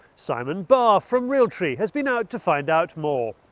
simon barr from realtree has been out to find out more.